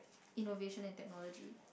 innovation and technology